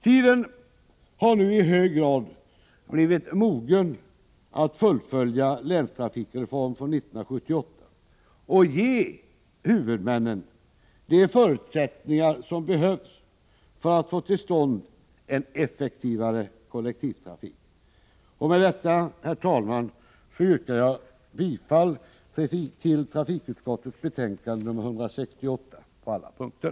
Tiden har nu i hög grad blivit mogen för ett fullföljande av länstrafikreformen från 1978, och huvudmännen bör få de förutsättningar som behövs för att man skall få till stånd en effektivare kollektivtrafik. Med detta, herr talman, yrkar jag bifall till hemställan i trafikutskottets betänkande 30 på alla punkter.